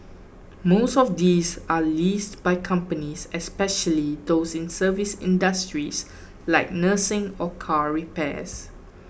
most of these are leased by companies especially those in service industries like nursing or car repairs